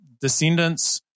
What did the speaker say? descendants